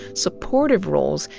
supportive roles,